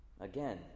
Again